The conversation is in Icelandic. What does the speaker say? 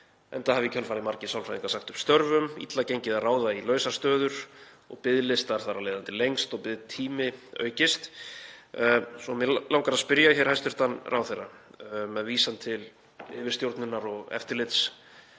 enda hafi í kjölfarið margir sálfræðingar sagt upp störfum, illa gengið að ráða í lausar stöður og biðlistar þar af leiðandi lengst og biðtími aukist. Mig langar að spyrja hæstv. ráðherra með vísan til yfirstjórnar- og eftirlitsheimilda